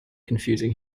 confusing